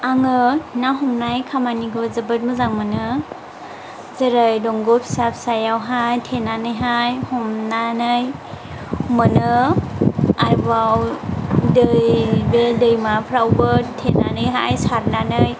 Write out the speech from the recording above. आङो ना हमनाय खामानिखौ जोबोद मोजां मोनो जेरै दंग' फिसा फिसायावहाय थेनानैहाय हमनानै मोनो आरोबाव दै बे दैमाफ्रावबो थेनानैहाय सारनानै